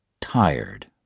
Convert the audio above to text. tired